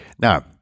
Now